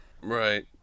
right